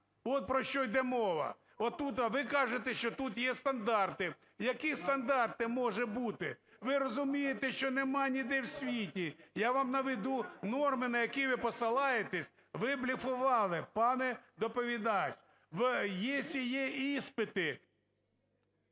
От про що іде мова. Ви кажете, що тут є стандарти. Які стандарти можуть бути? Ви розумієте, що нема ніде в світі. Я вам наведу норми, на які ви посилаєтесь. Ви блефували, пане доповідач. Если є іспити…